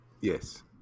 yes